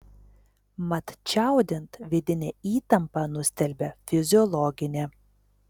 mat čiaudint vidinę įtampą nustelbia fiziologinė